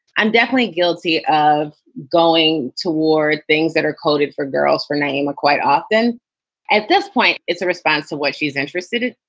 i'm definitely guilty of going toward things that are coded for girls for nyima quite often at this point. it's a response to what she's interested in,